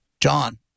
John